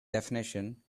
definition